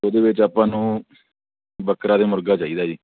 ਉਹਦੇ ਵਿੱਚ ਆਪਾਂ ਨੂੰ ਬੱਕਰਾ ਅਤੇ ਮੁਰਗਾ ਚਾਹੀਦਾ ਜੀ